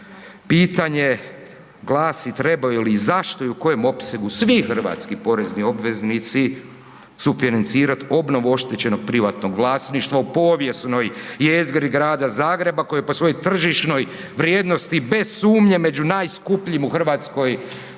pitanje glasi, trebaju li i zašto i u kojem opsegu svi hrvatski porezni obveznici sufinancirat obnovu oštećenog privatnog vlasništva u povijesnoj jezgri Grada Zagreba koja je po svojoj tržišnoj vrijednosti bez sumnje među najskupljim u hrvatskoj